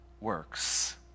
works